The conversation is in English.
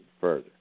further